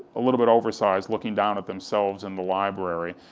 a little bit oversized, looking down at themselves and the library.